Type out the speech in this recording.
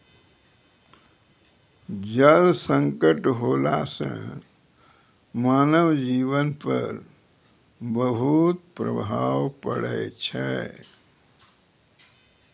जल संकट होला सें मानव जीवन पर बहुत प्रभाव पड़ै छै